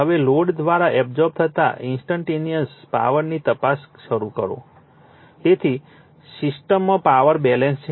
હવે લોડ દ્વારા એબ્સોર્બ થતા ઇન્સ્ટન્ટટેનિયસ પાવરની તપાસ શરૂ કરો તેથી સિસ્ટમમાં પાવર બેલેન્સ છે